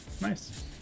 Nice